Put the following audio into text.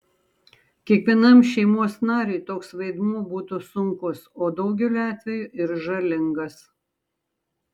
kiekvienam šeimos nariui toks vaidmuo būtų sunkus o daugeliu atvejų ir žalingas